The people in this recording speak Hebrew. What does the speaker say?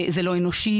זה לא אנושי,